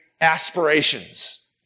aspirations